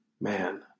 man